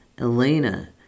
Elena